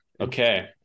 Okay